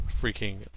freaking